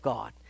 God